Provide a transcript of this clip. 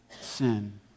sin